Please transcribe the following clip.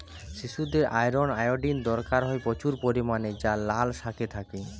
শিশুদের iron, iodine দরকার হয় প্রচুর পরিমাণে যা লাল শাকে থাকে